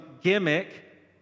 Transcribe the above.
gimmick